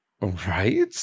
Right